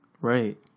right